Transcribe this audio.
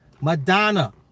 Madonna